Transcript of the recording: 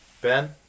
Ben